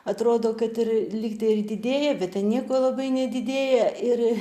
atrodo kad ir lygtai ir didėja bet ten nieko labai nedidėja ir